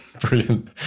Brilliant